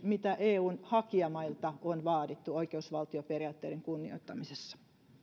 mitä eun hakijamailta on vaadittu oikeusvaltioperiaatteiden kunnioittamisessa